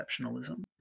exceptionalism